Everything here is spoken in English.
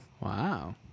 Wow